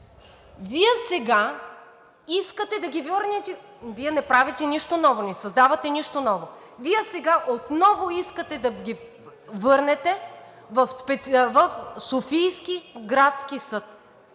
Вие сега отново искате да ги върнете в Софийския градски съд.